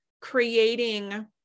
creating